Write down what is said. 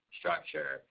structure